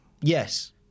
Yes